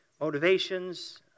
motivations